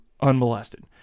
unmolested